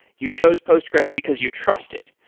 you chose postgres because you trust it.